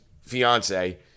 fiance